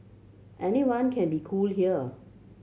anyone can be cool here